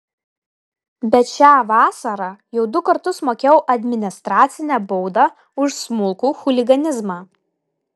bet šią vasarą jau du kartus mokėjau administracinę baudą už smulkų chuliganizmą